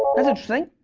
that's interesting.